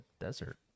desert